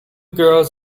girls